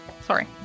Sorry